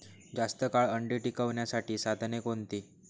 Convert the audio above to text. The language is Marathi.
जास्त काळ अंडी टिकवण्यासाठी साधने कोणती?